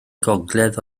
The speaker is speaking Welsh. gogledd